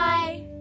Bye